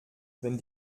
wenn